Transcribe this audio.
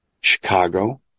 chicago